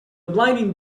blinding